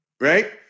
right